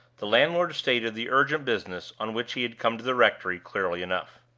the landlord stated the urgent business on which he had come to the rectory clearly enough.